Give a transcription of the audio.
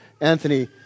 Anthony